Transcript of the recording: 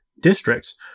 Districts